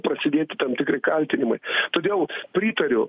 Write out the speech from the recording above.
prasidėti tam tikri kaltinimai todėl pritariu